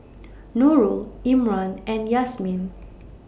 Nurul Imran and Yasmin